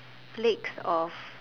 flakes of